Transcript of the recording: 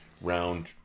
round